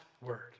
word